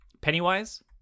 Pennywise